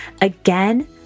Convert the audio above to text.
Again